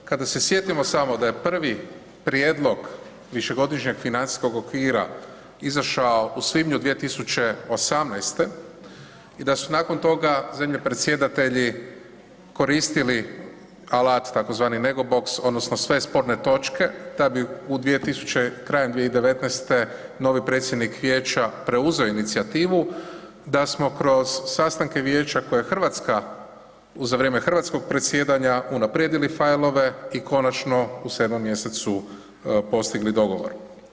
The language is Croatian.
Kada se sjetimo samo da je prvi prijedlog višegodišnjeg financijskog okvira izašao u svibnju 2018. i da su nakon toga zemlje predsjedatelji koristili alat tzv. megobox odnosno sve sporne točke, tad bi krajem 2019. novi predsjednik vijeća preuzeo inicijativu da smo kroz sastanke vijeća koje je RH, za vrijeme hrvatskog predsjedanja, unaprijedili fajlove i konačno u 7. mjesecu postigli dogovor.